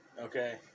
okay